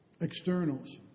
externals